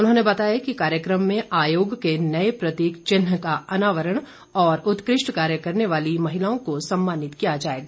उन्होंने बताया कि कार्यक्रम मे आयोग के नए प्रतीक चिन्ह का अनावरण और उत्कृष्ट कार्य करने वाली महिलाओं को सम्मानित किया जाएगा